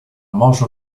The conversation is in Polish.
morzu